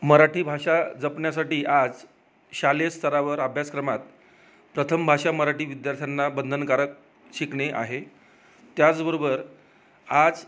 मराठी भाषा जपण्यासाठी आज शालेय स्तरावर अभ्यासक्रमात प्रथम भाषा मराठी विद्यार्थ्यांना बंधनकारक शिकणे आहे त्याचबरोबर आज